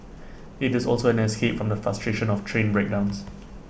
IT is also an escape from the frustration of train breakdowns